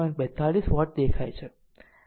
42 watt દેખાય છે